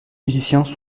musiciens